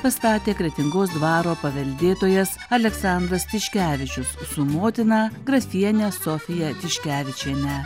pastatė kretingos dvaro paveldėtojas aleksandras tiškevičius su motina grafiene sofija tiškevičiene